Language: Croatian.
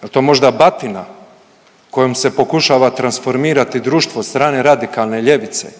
Jel to možda batina kojom se pokušava transformirati društvo od strane radikalne ljevice?